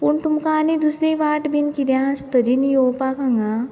पूण तुमकां आनी दुसरी वाट बीन कितें आसतली न्ही येवपाक हांगा